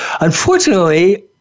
Unfortunately